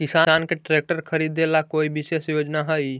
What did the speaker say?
किसान के ट्रैक्टर खरीदे ला कोई विशेष योजना हई?